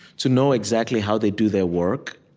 to know exactly how they do their work.